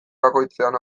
bakoitzean